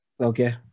okay